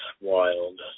wild